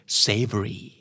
savory